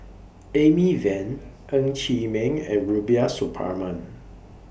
Amy Van Ng Chee Meng and Rubiah Suparman